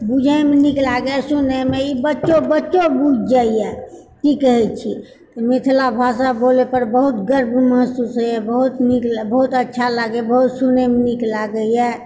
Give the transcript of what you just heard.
बुझयमे नीक लागयए सुनयमे इ बच्चो बच्चो बुझि जाइए कि कहैत छी मिथिला भाषा बोलय पर बहुत गर्व महसूस होइए बहुत नीक बहुत अच्छा लागैए बहुत सुनयमे नीक लागैए